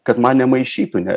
kad man nemaišytų ne